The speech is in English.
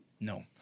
No